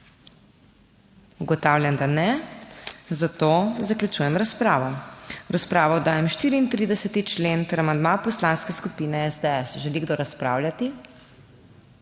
Ugotavljam, da ne, zato zaključujem razpravo. V razpravo dajem 34. člen ter amandma Poslanske skupine SDS. Želi kdo razpravljati?